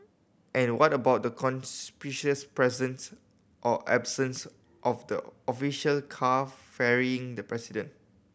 and what about the conspicuous presence or absence of the official car ferrying the president